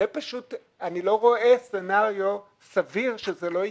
אני לא רואה סצנריו סביר שבו זה לא יקרה.